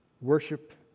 worship